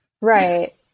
Right